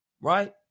right